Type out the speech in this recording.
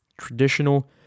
Traditional